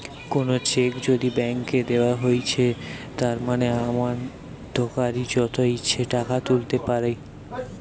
কোনো চেক যদি ব্ল্যাংক দেওয়া হৈছে তার মানে আমানতকারী যত ইচ্ছে টাকা তুলতে পাইরে